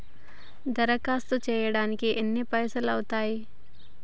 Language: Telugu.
దరఖాస్తు చేయడానికి ఎన్ని పైసలు అవుతయీ?